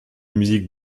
musique